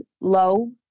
low